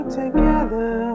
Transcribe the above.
together